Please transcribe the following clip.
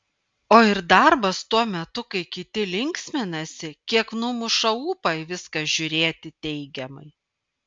o ir darbas tuo metu kai kiti linksminasi kiek numuša ūpą į viską žiūrėti teigiamai